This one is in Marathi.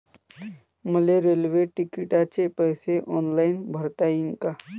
मले रेल्वे तिकिटाचे पैसे ऑनलाईन भरता येईन का?